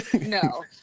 No